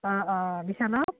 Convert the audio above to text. অঁ অঁ বিচনাত